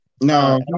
No